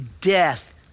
death